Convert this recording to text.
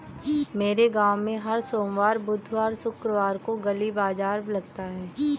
मेरे गांव में हर सोमवार बुधवार और शुक्रवार को गली बाजार लगता है